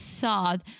thought